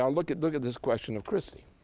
now, look at look at this question of christie.